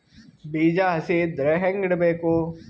ಬೀಜ ಹಸಿ ಇದ್ರ ಹ್ಯಾಂಗ್ ಇಡಬೇಕು?